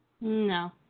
No